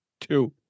Two